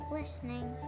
listening